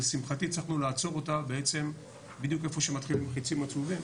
לשמחתי הצלחנו לעצור אותה בעצם בדיוק איפה שמתחילים החיצים הצהובים.